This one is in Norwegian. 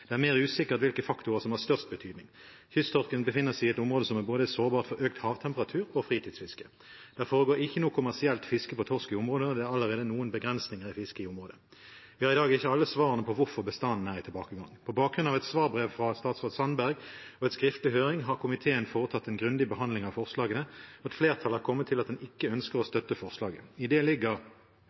Det er mer usikkert hvilke faktorer som har størst betydning. Kysttorsken befinner seg i et område som er sårbart for både økt havtemperatur og fritidsfiske. Det foregår ikke noe kommersielt fiske etter torsk i området, og det er allerede noen begrensninger i fisket i området. Vi har i dag ikke alle svarene på hvorfor bestanden er i tilbakegang. På bakgrunn av et svarbrev fra statsråd Sandberg og en skriftlig høring har komiteen foretatt en grundig behandling av forslagene, og et flertall har kommet til at en ikke ønsker å støtte forslaget. I det ligger